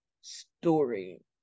story